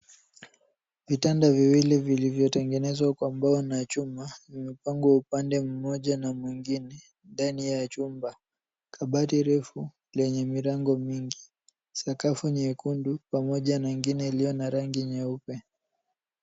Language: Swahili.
Vitanda viwili vilivyotengenezwa kwa mbao na chuma vimepangwa upande mmoja na mwingine ndani ya chumba. Kabati refu lenye milango mingi, sakafu nyekundu pamoja na ingine iliyo na rangi nyeupe.